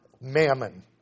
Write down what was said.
mammon